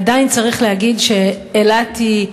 עדיין צריך להגיד שאילת היא,